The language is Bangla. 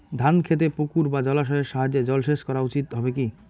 ধান খেতে পুকুর বা জলাশয়ের সাহায্যে জলসেচ করা উচিৎ হবে কি?